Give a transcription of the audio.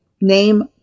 name